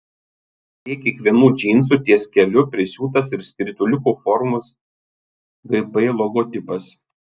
prie kiekvienų džinsų ties keliu prisiūtas ir skrituliuko formos gp logotipas